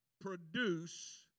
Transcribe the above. produce